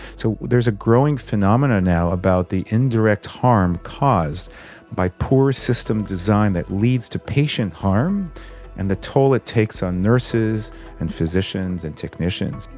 so there's a growing phenomena now about the indirect harm caused by poor system design that leads to patient harm and the toll it takes on nurses and physicians and technicians.